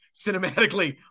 cinematically